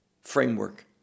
framework